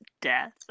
death